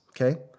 okay